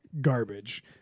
garbage